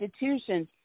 institutions